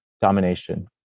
domination